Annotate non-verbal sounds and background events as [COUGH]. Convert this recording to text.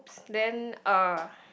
[NOISE] then uh